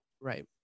Right